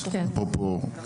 אפרופו.